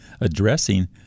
addressing